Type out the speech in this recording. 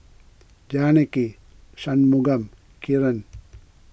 Janaki Shunmugam Kiran